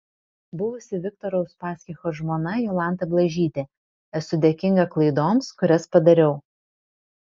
buvusi viktoro uspaskicho žmona jolanta blažytė esu dėkinga klaidoms kurias padariau